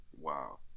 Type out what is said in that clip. Wow